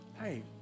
hey